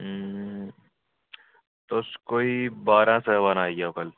तुस कोई बारां सवा बारां आई जाओ कल